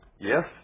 Yes